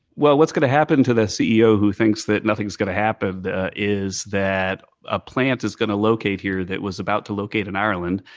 well, what's going to happen to the ceo who thinks that nothing is going to happen is that a plant is going to locate here that was about to locate in ireland,